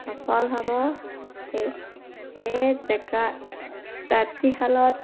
ফল হ'ব সেই সেয়ে জেগাৰ্ত তাঁতীশালত